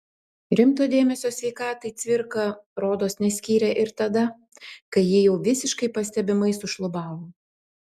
rimto dėmesio sveikatai cvirka rodos neskyrė ir tada kai ji jau visiškai pastebimai sušlubavo